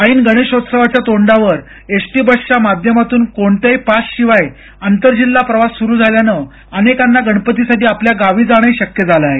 ऐन गणेशोत्सवाच्या तोंडावर एस टी बसच्या माध्यमातून कोणत्याही पासशिवाय आंतर जिल्हा प्रवास स्रु झाल्यानं अनेकांना गणपतीसाठी आपल्या गावी जाणेही शक्य झालं आहे